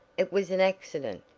it was an accident,